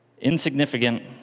insignificant